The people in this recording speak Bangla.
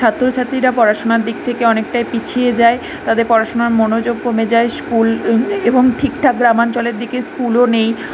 ছাত্র ছাত্রীরা পড়াশোনার দিক থেকে অনেকটাই পিছিয়ে যায় তাদের পড়াশোনার মনোযোগ কমে যায় স্কুল এবং ঠিকঠাক গ্রামাঞ্চলের দিকে স্কুলও নেই